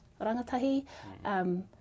rangatahi